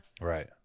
Right